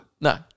No